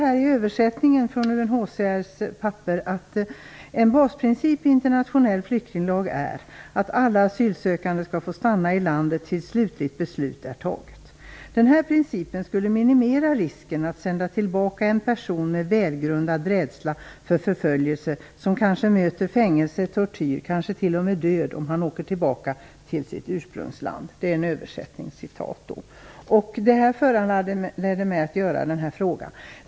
I översättningen av UNHCR:s papper står det: En basprincip i internationell flyktinglag är att alla asylsökande skall få stanna i landet tills slutligt beslut är fattat. Den här principen skulle minimera risken att sända tillbaka en person med välgrundad rädsla för förföljelse som kanske möter fängelse, tortyr, kanske t.o.m. död om han åker tillbaka till sitt ursprungsland. Det var den här texten som föranledde mig att ställa min fråga.